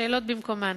שאלות במקומן.